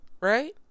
right